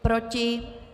Proti?